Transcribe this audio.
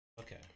Okay